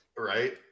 right